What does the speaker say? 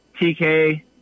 TK